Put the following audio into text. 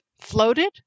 floated